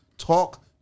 Talk